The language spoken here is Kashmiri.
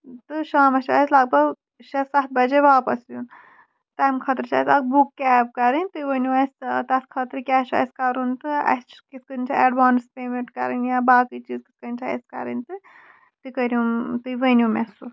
تہٕ شامَس چھُ اَسہِ لگ بگ شےٚ سَتھ بَجے واپَس یُن تَمہِ خٲطرٕ چھِ اَسہِ اکھ بُک کیب کَرٕنۍ تُہۍ ؤنو اَسہِ تَتھ خٲطرٕ کیاہ چھُ اَسہِ کرُن تہٕ اَسہِ کِتھ کٔنۍ چھ اٮ۪ڈ وانٕس پیمینٹ کَرٕنۍ یا باقٕے چیٖز کِتھ کٔنۍ چھِ اَسہِ کرٕنۍ تہٕ تُہۍ کٔرِو تُہۍ ؤنو مےٚ سُہ